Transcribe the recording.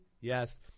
Yes